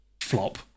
Flop